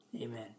Amen